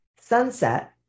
Sunset